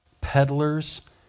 Peddlers